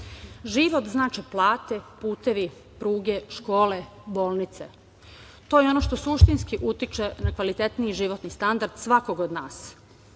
znače plate, putevi, pruge, škole, bolnice. To je ono što suštinski utiče na kvalitetniji životni standard svakog od nas.